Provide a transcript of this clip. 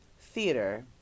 theater